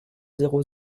zéro